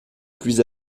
plus